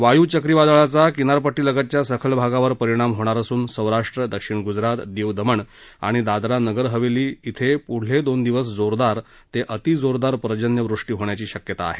वायू चक्रवादळाचा किनारपट्टीलगतच्या सखल भागावर परिणाम होणार असून सौराष्ट्र दक्षिण गुजरात दीव दमण आणि दादरा नगर हवेली बें पुढले दोन दिवस जोरदार ते अतिजोरदार पर्जन्यवृष्टी होण्याची शक्यता आहे